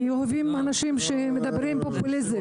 כי אוהבים אנשים שעושים פופוליזם.